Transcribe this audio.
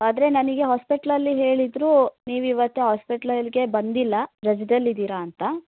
ಆದರೆ ನನಗೆ ಹಾಸ್ಪೆಟ್ಲ್ ಅಲ್ಲಿ ಹೇಳಿದರು ನೀವು ಇವತ್ತು ಹಾಸ್ಪೆಟ್ಲಲ್ಗೆ ಬಂದಿಲ್ಲ ರಜದಲ್ಲಿ ಇದ್ದೀರ ಅಂತ